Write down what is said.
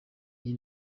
iyi